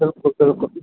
بِلکُل بِلکُل